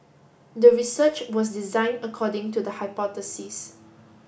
the research was designed according to the hypothesis